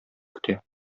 көтә